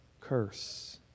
curse